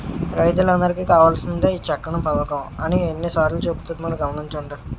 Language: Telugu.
రైతులందరికీ కావాల్సినదే ఈ చక్కని పదకం అని ఎన్ని సార్లో చెబుతున్నారు గమనించండి